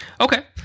okay